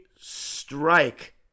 strike